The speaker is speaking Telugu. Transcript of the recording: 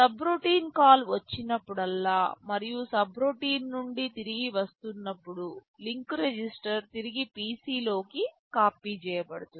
సబ్రొటీన్ కాల్ వచ్చినప్పుడల్లా మరియు సబ్రొటీన్ నుండి తిరిగి వస్తున్నప్పుడు లింక్ రిజిస్టర్ తిరిగి పిసిలోకి కాపీ చేయబడుతుంది